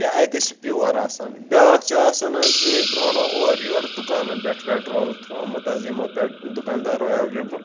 کہ اَتھٮ۪تھ چھِ پِیٚور آسان بیٛاکھ چھِ آسان حظ لِنٛک روڑَن اورٕ یورٕ دُکانَن پٮ۪ٹھ پٮ۪ٹرول تھوٚمُت حظ یِمو پٮ۪ٹ دُکاندارو اٮ۪ولیبٕل